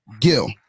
Gil